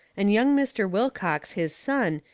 and young mr. wilcox, his son,